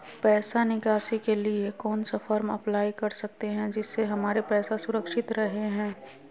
पैसा निकासी के लिए कौन सा फॉर्म अप्लाई कर सकते हैं जिससे हमारे पैसा सुरक्षित रहे हैं?